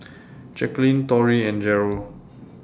Jacquelyn Torrey and Jarrell